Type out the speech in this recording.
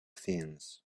things